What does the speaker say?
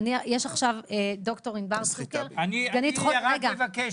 ד"ר ענבר צוקר -- אני רק מבקש,